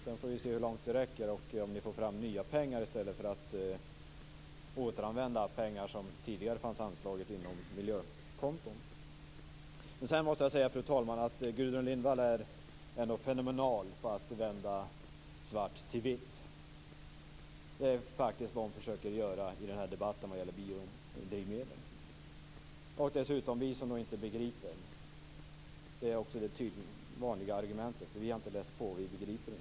Sedan får vi se hur långt det räcker och om det går att få fram nya pengar i stället för att återanvända pengar som tidigare fanns anslagna i miljökonton. Fru talman! Gudrun Lindvall är fenomenal på att vända svart till vitt. Det är vad hon försöker att göra i debatten om biodrivmedel. Det vanliga argumentet är att vi ingenting begriper. Vi har inte läst på, och vi begriper inte. Fru talman!